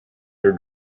your